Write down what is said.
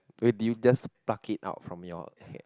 what did you just pluck it out from your head